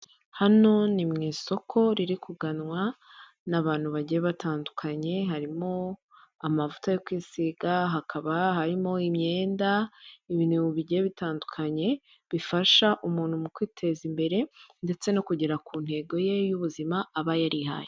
Hano ni mu isoko riri kuganwa n'abantu bagiye batandukanye harimo amavuta yo kwisiga hakaba harimo imyenda ibintu mu bigiye bitandukanye bifasha umuntu mu kwiteza imbere ndetse no kugera ku ntego ye y'ubuzima aba yarihaye.